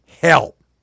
help